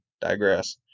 digress